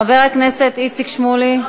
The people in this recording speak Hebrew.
חבר הכנסת איציק שמולי,